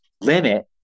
limit